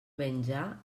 menjar